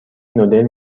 نودل